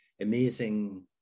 amazing